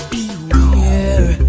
Beware